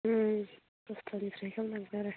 दसतानिफ्राय खालामनांगोन आरो